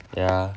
yeah